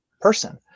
person